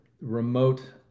remote